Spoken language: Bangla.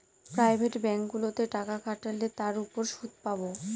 প্রাইভেট ব্যাঙ্কগুলোতে টাকা খাটালে তার উপর সুদ পাবো